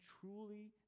truly